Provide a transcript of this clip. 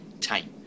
time